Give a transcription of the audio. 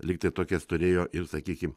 lyg tai tokias turėjo ir sakykim